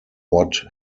what